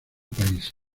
países